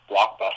Blockbuster